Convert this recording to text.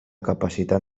capacitat